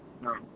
No